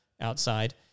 outside